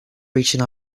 reaching